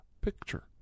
picture